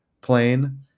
plane